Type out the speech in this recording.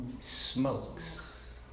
smokes